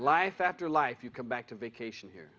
life after life you come back to vacation here